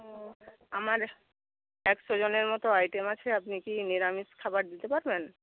ও আমার একশো জনের মতো আইটেম আছে আপনি কি নিরামিষ খাবার দিতে পারবেন